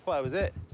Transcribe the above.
well, that was it.